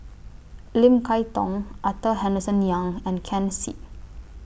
Lim Kay Tong Arthur Henderson Young and Ken Seet